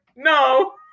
No